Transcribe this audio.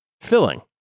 Filling